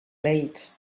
late